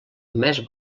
més